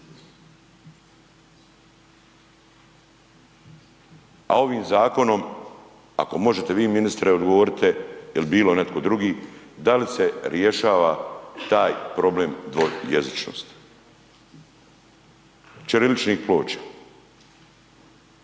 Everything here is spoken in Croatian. A ovim zakonom ako možete vi ministre odgovorite ili bilo netko drugi da li se rješava taj problem dvojezičnosti ćiriličnih ploča?